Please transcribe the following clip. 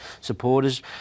supporters